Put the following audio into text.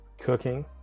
cooking